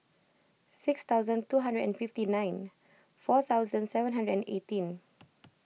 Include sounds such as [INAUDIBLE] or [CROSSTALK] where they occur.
six thousand two hundred and fifty nine four thousand seven hundred and eighteen [NOISE]